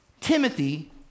Timothy